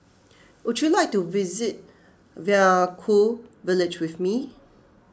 would you like to visit Vaiaku Village with me